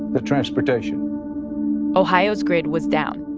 the transportation ohio's grid was down,